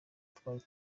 twari